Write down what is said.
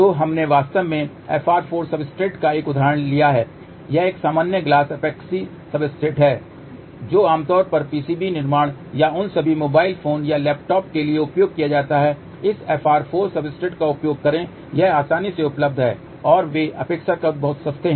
तो हमने वास्तव में FR4 सब्सट्रेट का एक उदाहरण लिया है यह एक सामान्य ग्लास एपॉक्सी सब्सट्रेट है जो आमतौर पर PCB निर्माण या उन सभी मोबाइल फोन या लैपटॉप के लिए उपयोग किया जाता है इस FR4 सब्सट्रेट का उपयोग करें ये आसानी से उपलब्ध हैं और वे अपेक्षाकृत बहुत सस्ते हैं